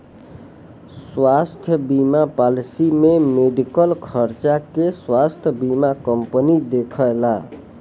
स्वास्थ्य बीमा पॉलिसी में मेडिकल खर्चा के स्वास्थ्य बीमा कंपनी देखला